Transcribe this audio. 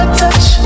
touch